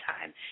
time